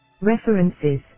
References